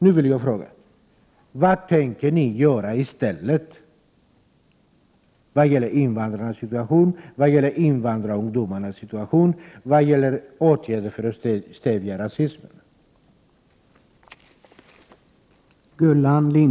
Nu vill jag fråga: Vad tänker ni göra i stället vad gäller invandrarnas situation, vad gäller invandrarungdomarnas situation och vad gäller åtgärder för att stävja rasismen?